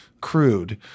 crude